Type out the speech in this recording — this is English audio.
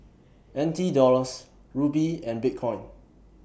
N T Dollars Rupee and Bitcoin